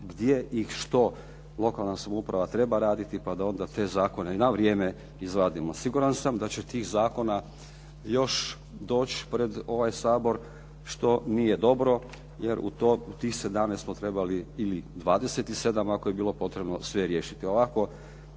gdje i što lokalne samouprava treba raditi pa da onda te zakone na vrijeme izvadimo. Siguran sam da će tih zakona još doći pred ovaj Sabor, što nije dobro, jer u tih 17 smo trebali ili 27 ako je bilo potrebno sve riješiti.